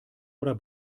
oder